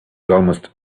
almost